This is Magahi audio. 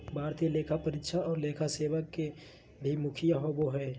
भारतीय लेखा परीक्षा और लेखा सेवा के भी मुखिया होबो हइ